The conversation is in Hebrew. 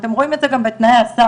ואתם רואים את זה גם בתנאי הסף,